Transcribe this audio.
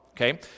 okay